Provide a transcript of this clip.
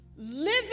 Living